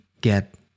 get